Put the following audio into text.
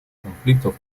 конфликтов